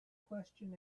question